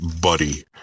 buddy